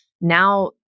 now